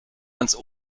ans